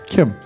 Kim